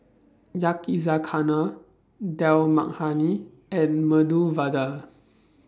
Yakizakana Dal Makhani and Medu Vada